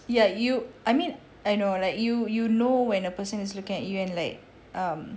ya you I mean I know like you you know when a person is looking at you and like um